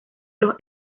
los